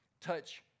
touch